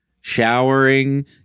showering